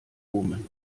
omen